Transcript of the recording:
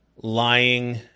lying